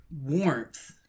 warmth